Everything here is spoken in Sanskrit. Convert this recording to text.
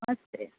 नमस्ते